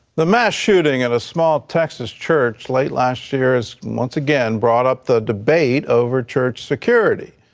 the mass shooting at a small texas church late last year has, once again, brought up the debate over church security.